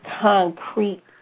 concrete